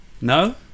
No